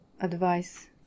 advice